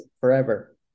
forever